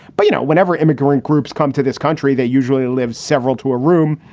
but, you know, whenever immigrant groups come to this country, they usually lives several to a room.